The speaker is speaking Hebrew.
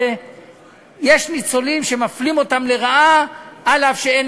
שיש ניצולים שמפלים אותם לרעה אף שאין